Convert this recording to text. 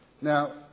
Now